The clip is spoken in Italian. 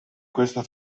questa